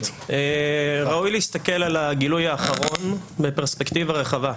ראוי להסתכל על הגילוי האחרון בפרספקטיבה רחבה: